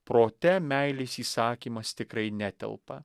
prote meilės įsakymas tikrai netelpa